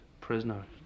prisoner